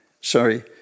sorry